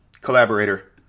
Collaborator